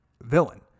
villain